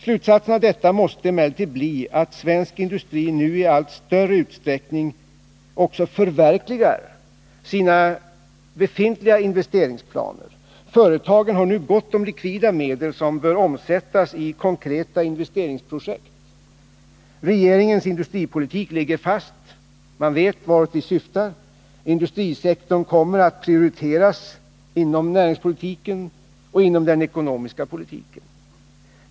Slutsatsen av detta måste emellertid bli att svensk industri nu i allt större utsträckning också förverkligar sina befintliga investeringsplaner. Företagen har nu gott om likvida medel, som bör omsättas i konkreta investeringsprojekt. Regeringens industripolitik ligger fast. Man vet varåt vi syftar. Industrisektorn kommer att prioriteras inom näringspolitiken och inom den ekonomiska politiken.